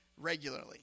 regularly